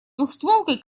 двустволкой